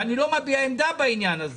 ואני לא מביע עמדה בעניין הזה.